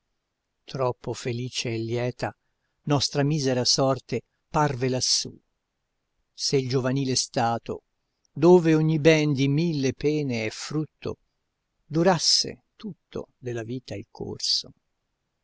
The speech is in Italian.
troppo felice e lieta nostra misera sorte parve lassù se il giovanile stato dove ogni ben di mille pene è frutto durasse tutto della vita il corso